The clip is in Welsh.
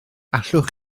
allwch